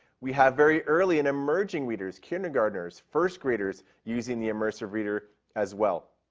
we have very early an emerging readers kindergarteners, first graders using the immersive reader as well.